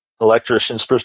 electrician's